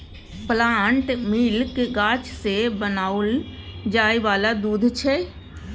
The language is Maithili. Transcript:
प्लांट मिल्क गाछ सँ बनाओल जाय वाला दूध छै